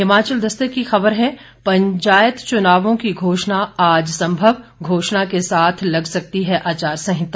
हिमाचल दस्तक की खबर है पंचायत चुनावों की घोषणा आज संभव घोषणा के साथ लग सकती है आचार संहिता